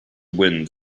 wind